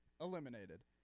Eliminated